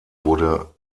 wurde